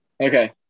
Okay